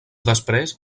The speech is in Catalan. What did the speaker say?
després